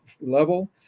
level